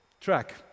track